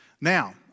Now